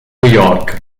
york